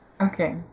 Okay